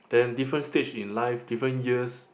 then different stage in life different years